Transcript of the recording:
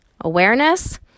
Awareness